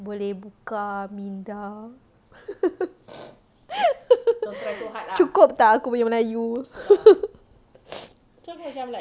boleh buka minda cukup tak aku punya melayu